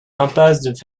impasse